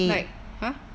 like !huh!